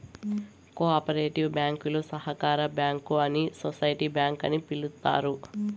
co operative బ్యాంకులు సహకార బ్యాంకు అని సోసిటీ బ్యాంక్ అని పిలుత్తారు